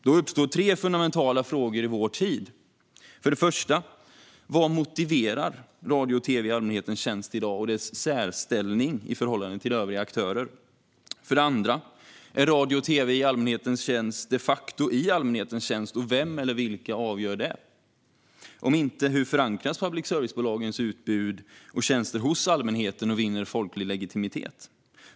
Då uppstår tre fundamentala frågor i vår tid. För det första: Vad motiverar radio och tv i allmänhetens tjänst i dag och dess särställning i förhållande till övriga aktörer? För det andra: Är radio och tv i allmänhetens tjänst de facto i allmänhetens tjänst, och vem eller vilka avgör det? Om inte - hur förankras public service-bolagens utbud och tjänster hos allmänheten och vinner folklig legitimitet?